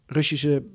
Russische